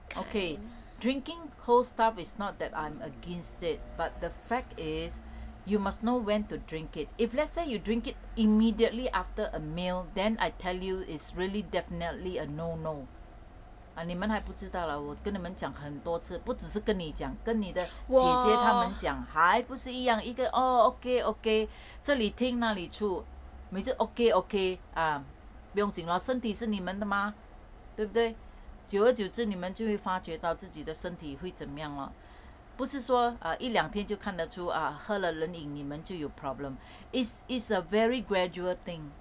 okay drinking cold stuff is not that I'm against it but the fact is you must know when to drink it if let's say you drink it immediately after a meal then I tell you is really definitely a no no 啊你们还不知道 lah 我跟你们讲很多次不只是跟你讲跟你的姐姐她们讲还不是一样一个 orh okay okay 这里听那里出每次 okay okay ah 不用紧 lor 身体是你们的对不对久而久之你们就会发觉到自己的身体会怎么样 lah 不是说一两天就看得出啊喝了冷饮你们就有 problem is is a very gradual thing